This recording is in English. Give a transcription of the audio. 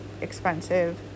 expensive